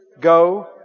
Go